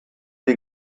die